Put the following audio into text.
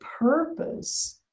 purpose